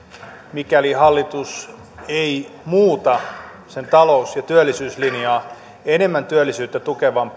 mikäli hallitus ei muuta sen talous ja työllisyyslinjaa enemmän työllisyyttä tukevaan